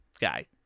Guy